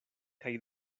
kaj